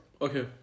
okay